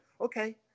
okay